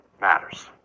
Matters